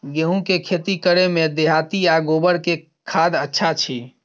गेहूं के खेती करे में देहाती आ गोबर के खाद अच्छा छी?